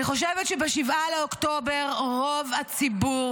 אני חושבת שב-7 באוקטובר רוב הציבור